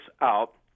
out